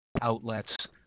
outlets